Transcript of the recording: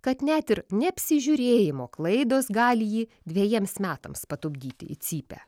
kad net ir neapsižiūrėjimo klaidos gali jį dvejiems metams patupdyti į cypę